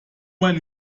ein